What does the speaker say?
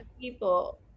people